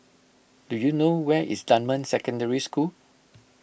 do you know where is Dunman Secondary School